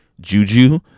juju